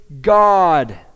God